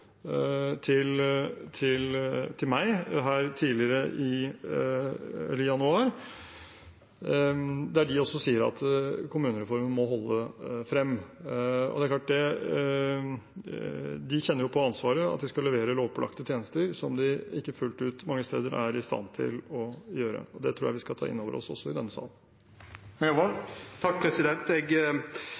til meg i januar, der de også sa at kommunereformen må holde frem. Det er klart at de kjenner på ansvaret, at de skal levere lovpålagte tjenester som de mange steder ikke fullt ut er i stand til å gjøre. Det tror jeg vi skal ta inn over oss også i denne